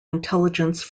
intelligence